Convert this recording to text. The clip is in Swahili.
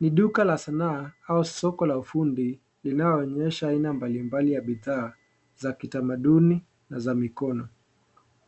Ni duka la sanaa au soko la fundi linaoonyesha aina mbalimbali ya bidhaa za kitamanduni na za mikono,